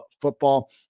football